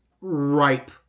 ripe